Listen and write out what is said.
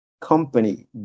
company